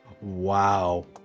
Wow